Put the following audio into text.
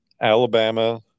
Alabama